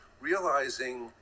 realizing